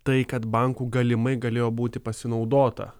tai kad banku galimai galėjo būti pasinaudota